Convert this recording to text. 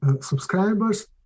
subscribers